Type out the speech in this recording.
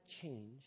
change